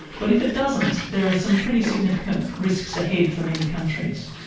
but if it doesn't there are some pretty significant risks ahead for many countries.